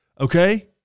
okay